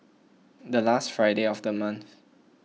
the last friday of the month